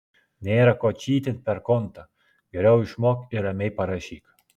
nėra ko čytint per kontą geriau išmok ir ramiai parašyk